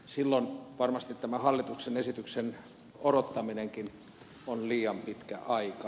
silloin varmasti tämä hallituksen esityksen odottaminenkin on liian pitkä aika